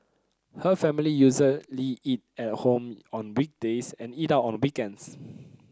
her family usually eat at home on weekdays and eat out on the weekends